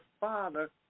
father